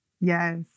Yes